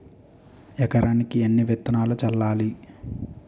ఎకరానికి ఎన్ని విత్తనాలు చల్లాలి?